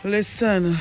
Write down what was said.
Listen